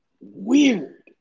weird